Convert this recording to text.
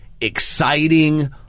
exciting